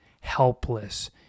helpless